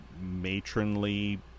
matronly